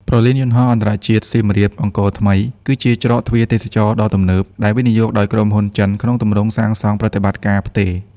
ព្រលានយន្តហោះអន្តរជាតិសៀមរាប-អង្គរថ្មី គឺជាច្រកទ្វារទេសចរណ៍ដ៏ទំនើបដែលវិនិយោគដោយក្រុមហ៊ុនចិនក្នុងទម្រង់សាងសង់-ប្រតិបត្តិការ-ផ្ទេរ។